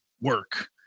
work